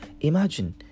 Imagine